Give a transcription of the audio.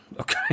okay